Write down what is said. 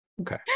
okay